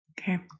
okay